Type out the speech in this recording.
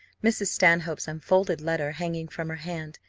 mrs. stanhope's unfolded letter hanging from her hand.